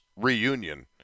reunion